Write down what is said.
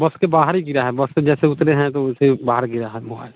बस के बाहर ही गिरा है बस से जैसे उतरे हैं तो उसे बाहर गिरा है मोवाईल